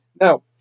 Now